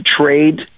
trade